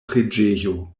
preĝejo